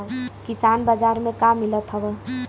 किसान बाजार मे का मिलत हव?